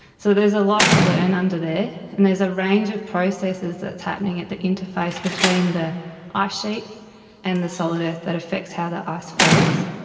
so there's a lot to learn under there and there's a range of processes that's happening at the interface between the ice sheet and the solid earth that affects how the ice flows.